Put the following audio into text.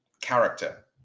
character